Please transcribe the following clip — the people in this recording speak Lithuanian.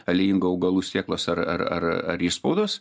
aliejingų augalų sėklos ar ar ar ar išspaudos